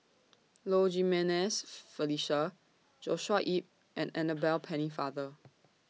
Low Jimenez Felicia Joshua Ip and Annabel Pennefather